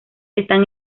están